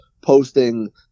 posting